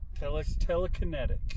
Telekinetic